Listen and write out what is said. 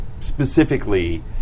specifically